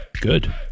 Good